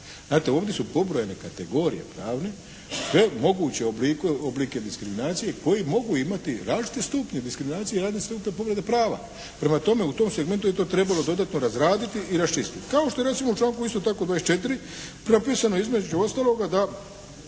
Znate ovdje su pobrojane kategorije pravne sve moguće oblike diskriminacije koji mogu imati različite stupnje diskriminacije, …/Govornik se ne razumije./… pogleda prava. Prema tome, u tom segmentu je to trebalo dodatno razraditi i raščistiti, kao što je recimo u članku isto tako 24. napisano između ostaloga da